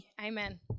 Amen